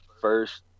first